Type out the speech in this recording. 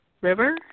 River